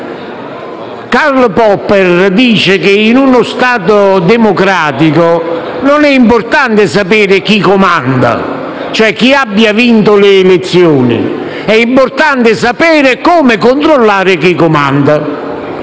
Karl Popper dice che in uno Stato democratico non è importante sapere chi comanda, cioè chi abbia vinto le elezioni; è importante sapere come controllare chi comanda